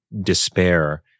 despair